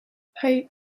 hey